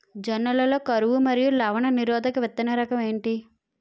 జొన్న లలో కరువు మరియు లవణ నిరోధక విత్తన రకం ఏంటి?